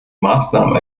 maßnahmen